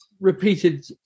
repeated